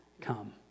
come